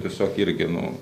tiesiog irgi nu